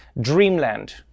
Dreamland